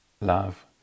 Love